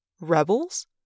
Rebels